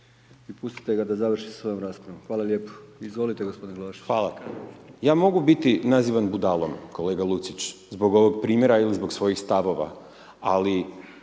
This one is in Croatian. i pustite ga da završi sa svojom raspravom. Hvala lijepo, izvolite gospodine Glavašević. **Glavašević, Bojan (Nezavisni)** Hvala. Ja mogu biti nazvan budalom, kolega Lucić, zbog ovog primjera ili zbog svojih stavova ali,